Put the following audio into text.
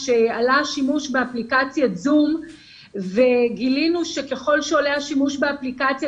כשעלה השימוש באפליקציית זום וגילינו שככל שעולה השימוש באפליקציה,